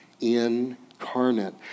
incarnate